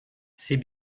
c’est